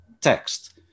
text